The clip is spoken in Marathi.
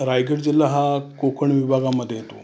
रायगड जिल्हा हां कोकण विभागामध्ये येतो